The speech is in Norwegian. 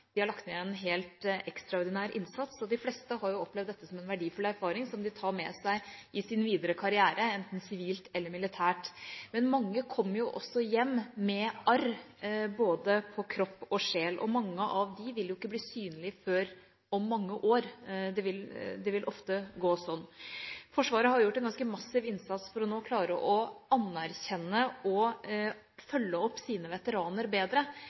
De har lagt ned en helt ekstraordinær innsats, og de fleste har opplevd dette som en verdifull erfaring som de tar med seg i sin videre karriere, enten sivilt eller militært. Men mange kommer jo også hjem med arr, på både kropp og sjel, og det vil ofte gå sånn at mange av disse ikke vil bli synlige før etter mange år. Forsvaret har gjort en ganske massiv innsats for nå å anerkjenne og følge opp sine veteraner bedre.